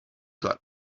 got